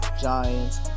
Giants